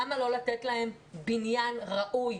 למה לא לתת להם בניין ראוי?